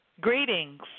Greetings